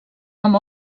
amb